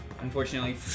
Unfortunately